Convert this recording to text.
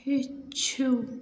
ہیٚچھِو